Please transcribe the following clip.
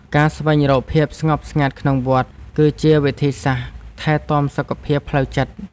ការស្វែងរកភាពស្ងប់ស្ងាត់ក្នុងវត្ត គឺជាវិធីសាស្ត្រថែទាំសុខភាពផ្លូវចិត្ត។